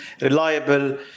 reliable